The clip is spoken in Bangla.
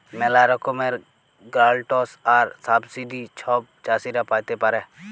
ম্যালা রকমের গ্র্যালটস আর সাবসিডি ছব চাষীরা পাতে পারে